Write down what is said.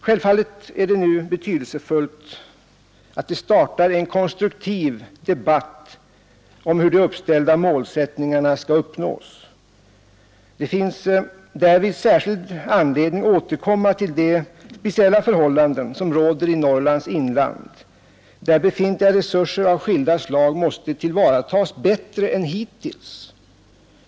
Självfallet är det nu betydelsefullt att det startar en konstruktiv debatt om hur de uppställda målsättningarna skall uppnås. Det finns därvid särskild anledning återkomma till de speciella förhållanden som råder i Norrlands inland, där befintliga resurser av skilda slag måste tillvaratagas bättre än hittills.